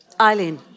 Eileen